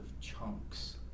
chunks